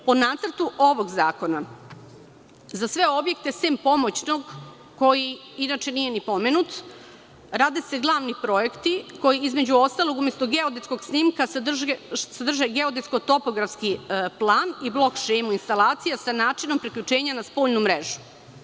Po nacrtu ovog zakona za sve objekte, sem pomoćnog, koji inače nije ni pomenut, rade se glavni projekti koji, između ostalog, umesto geodetskog snimka sadrže geodetsko-topografski plan i blok šemu instalacija, sa načinom priključenja na spoljnu mrežu.